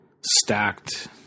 stacked